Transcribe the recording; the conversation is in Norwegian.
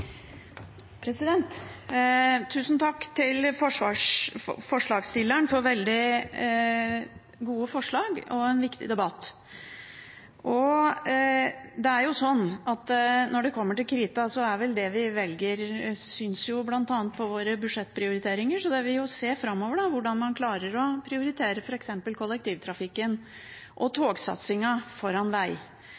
til. Tusen takk til forslagsstilleren for veldig gode forslag og en viktig debatt. Det er jo sånn at når det kommer til krita, så synes det vi velger, bl.a. på våre budsjettprioriteringer. Vi vil se framover hvordan man klarer å prioritere f.eks. kollektivtrafikken og